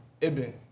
Ibn